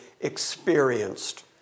experienced